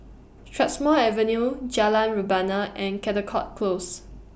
Strathmore Avenue Jalan Rebana and Caldecott Close